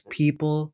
people